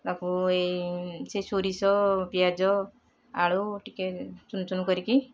ତାକୁ ଏଇ ସେ ସୋରିଷ ପିଆଜ ଆଳୁ ଟିକେ ଚୁନ ଚୁନ କରିକି